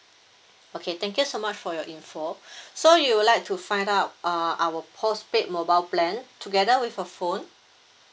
okay thank you so much for your info so you would like to find out uh our postpaid mobile plan together with a phone